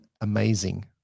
amazing